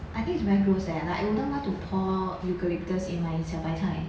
I think it's very gross eh like I wouldn't want to pour eucalyptus in my 小白菜